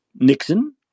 Nixon